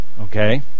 Okay